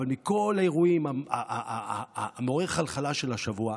אבל מכל האירועים מעוררי החלחלה של השבוע,